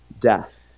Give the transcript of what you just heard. death